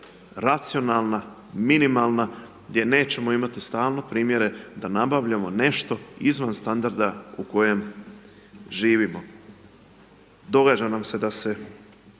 racionalna, minimalna, gdje nećemo imati stalno primjere da nabavljamo nešto izvan standarda u kojem živimo. Događa nam se da se